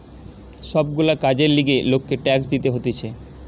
সব গুলা কাজের লিগে লোককে ট্যাক্স দিতে হতিছে